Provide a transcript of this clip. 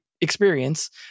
experience